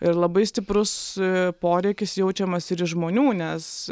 ir labai stiprus poreikis jaučiamas ir iš žmonių nes